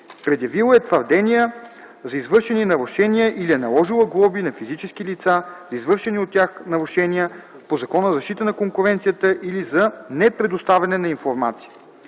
предявила е твърдения за извършени нарушения или е наложила глоби на физически лица за извършени от тях нарушения по Закона за защита на конкуренцията или за непредоставяне на информация.